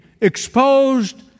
exposed